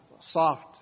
soft